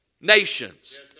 nations